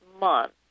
month